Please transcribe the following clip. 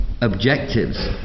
objectives